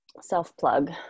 Self-plug